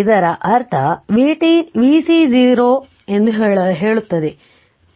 ಇದರರ್ಥ ಇದು vc0 ಎಂದು ಹೇಳುತ್ತದೆ